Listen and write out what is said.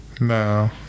No